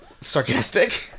sarcastic